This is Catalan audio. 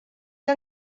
que